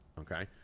Okay